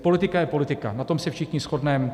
Politika je politika, na tom se všichni shodneme.